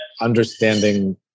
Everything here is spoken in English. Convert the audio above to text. understanding